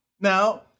Now